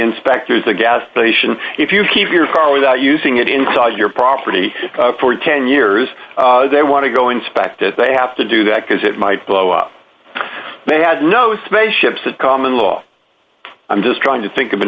inspectors the gas station if you keep your car without using it inside your property for ten years they want to go inspect as they have to do that because it might blow up they had no spaceships of common law i'm just trying to think of an